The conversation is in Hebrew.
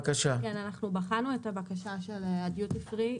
אנחנו בחנו את הבקשה של הדיוטי פרי.